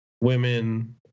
women